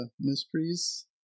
mysteries